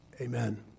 Amen